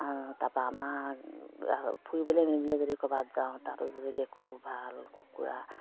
তাপা আমাৰ ফুৰিবলৈ মানুহবিলাক যদি ক'ৰবাত যাওঁ তাতো যদি দেখোঁ ভাল কুকুৰা